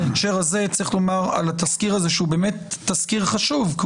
בהקשר הזה צריך לומר על התזכיר הזה שהוא באמת תזכיר חשוב.